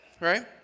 right